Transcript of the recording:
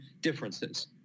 differences